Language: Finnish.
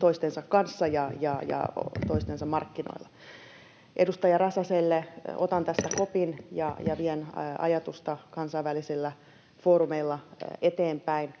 toistensa kanssa ja toistensa markkinoilla. Edustaja Räsäselle: Otan tästä kopin ja vien ajatusta kansainvälisillä foorumeilla eteenpäin.